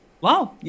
Wow